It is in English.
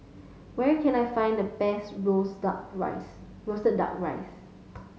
where can I find the best roasted rice roasted duck rice